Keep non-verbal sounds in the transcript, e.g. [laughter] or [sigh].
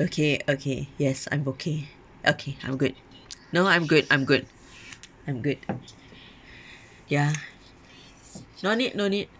okay okay yes I'm okay okay I'm good no I'm good I'm good I'm good [breath] ya no need no need